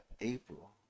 April